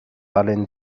alun